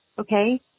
okay